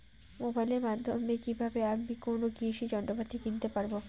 মোবাইলের মাধ্যমে কীভাবে আমি কোনো কৃষি যন্ত্রপাতি কিনতে পারবো?